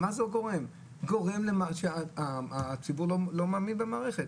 זה גורם לכך שהציבור לא מאמין במערכת.